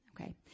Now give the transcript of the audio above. Okay